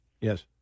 Yes